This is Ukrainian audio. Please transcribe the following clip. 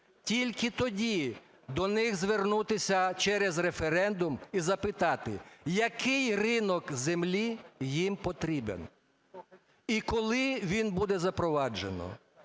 Тільки тоді до них звернутися через референдум і запити: який ринок землі їм потрібен, і коли він буде запроваджений?